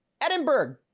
Edinburgh